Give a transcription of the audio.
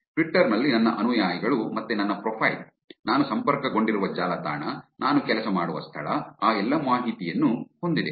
Twitter ನಲ್ಲಿ ನನ್ನ ಅನುಯಾಯಿಗಳು ಮತ್ತೆ ನನ್ನ ಪ್ರೊಫೈಲ್ ನಾನು ಸಂಪರ್ಕಗೊಂಡಿರುವ ಜಾಲತಾಣ ನಾನು ಕೆಲಸ ಮಾಡುವ ಸ್ಥಳ ಆ ಎಲ್ಲಾ ಮಾಹಿತಿಯನ್ನು ಹೊಂದಿದೆ